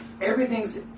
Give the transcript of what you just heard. everything's